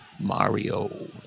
Mario